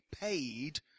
paid